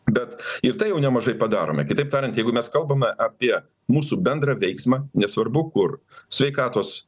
bet ir tai jau nemažai padarome kitaip tariant jeigu mes kalbame apie mūsų bendrą veiksmą nesvarbu kur sveikatos